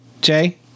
Jay